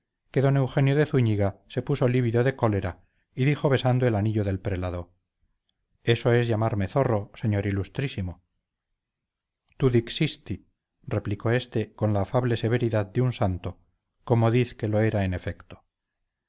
que don eugenio de zúñiga se puso lívido de cólera y dijo besando el anillo del prelado eso es llamarme zorro señor ilustrísimo tu dixisti replicó éste con la afable severidad de un santo como diz que lo era en efecto